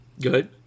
good